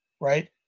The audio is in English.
right